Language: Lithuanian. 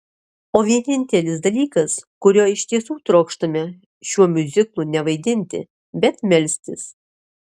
o vienintelis dalykas kurio iš tiesų trokštame šiuo miuziklu ne vaidinti bet melstis